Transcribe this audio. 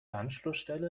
anschlussstelle